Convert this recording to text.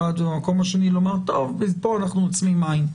ובמקום השני לומר שכאן אנחנו עוצמים עין.